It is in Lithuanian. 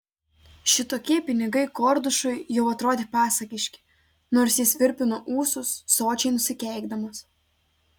šitokie pinigai kordušui jau atrodė pasakiški nors jis virpino ūsus sočiai nusikeikdamas